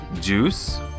juice